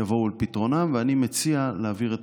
יבואו על פתרונםף ואני מציע להעביר את